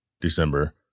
December